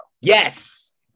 Yes